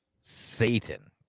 Satan